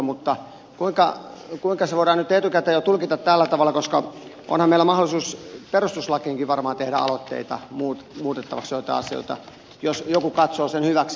mutta kuinka se voidaan nyt etukäteen jo tulkita tällä tavalla koska onhan meillä mahdollisuus perustuslakiinkin varmaan tehdä aloitteita joidenkin asioiden muuttamiseksi jos joku katsoo sen hyväksi